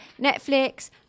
Netflix